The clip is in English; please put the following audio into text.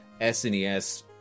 snes